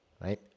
right